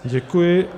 Děkuji.